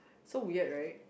so weird right